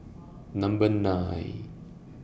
Number nine